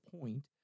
point